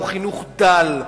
הוא חינוך דל,